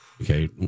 Okay